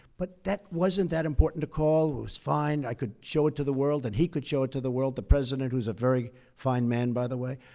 but that wasn't that important to call, it was fine. i could show it to the world and he could show it to the world the president who is a very fine man, by the way.